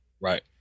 Right